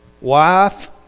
wife